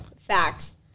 Facts